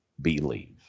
believe